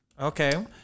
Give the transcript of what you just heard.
Okay